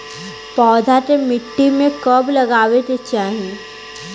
पौधा के मिट्टी में कब लगावे के चाहि?